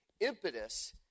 impetus